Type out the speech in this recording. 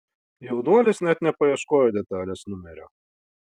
jaunuolis net nepaieškojo detalės numerio